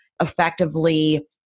effectively